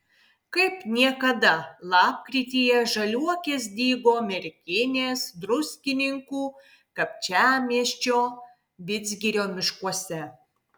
kaip niekada lapkrityje žaliuokės dygo merkinės druskininkų kapčiamiesčio vidzgirio miškuose